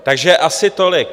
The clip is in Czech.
Takže asi tolik.